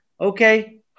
okay